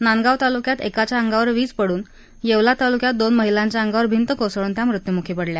नांदगाव तालुक्यात एकाच्या अंगावर वीज पडून येवला तालुक्यात दोन महिलांच्य अंगावर भिंत कोसळून त्या मृत्यूमुखी पडल्या